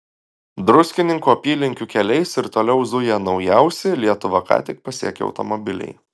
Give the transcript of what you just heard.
druskininkų apylinkių keliais ir toliau zuja naujausi lietuvą ką tik pasiekę automobiliai